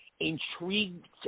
intrigued